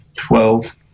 Twelve